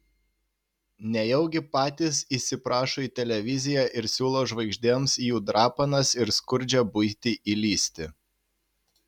nejaugi patys įsiprašo į televiziją ir siūlo žvaigždėms į jų drapanas ir skurdžią buitį įlįsti